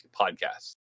podcasts